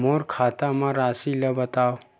मोर खाता म राशि ल बताओ?